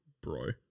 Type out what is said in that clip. bro